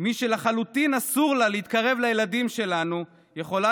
מי שלחלוטין אסור לה להתקרב לילדים שלנו יכולה